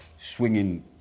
swinging